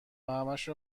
همشو